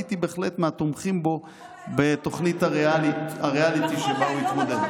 הייתי בהחלט מהתומכים בו בתוכנית הריאליטי שבה הוא התמודד.